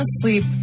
asleep